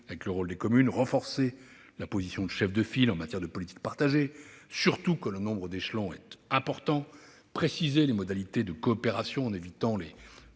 avec le rôle des communes ; renforcer la position de chef de file en matière de politiques partagées, surtout quand le nombre d'échelons est important ; préciser les modalités de coopération en évitant les